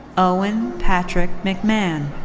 owen patrick mcmahan.